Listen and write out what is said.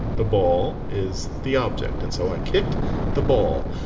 the ball is the object, and so i kicked the ball.